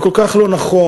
וכל כך לא נכון,